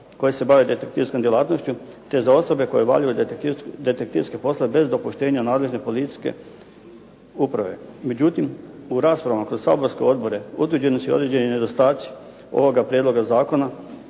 koje se bave detektivskom djelatnošću te za osobe koje obavljaju detektivske poslove bez dopuštenja nadležne policijske uprave. Međutim, u raspravama kroz saborske odbore, utvrđeni su i određeni nedostaci ovoga prijedloga zakona